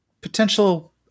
potential